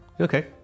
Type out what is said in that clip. Okay